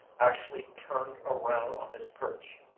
actually turned around on its perch.